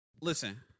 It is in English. listen